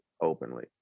openly